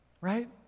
Right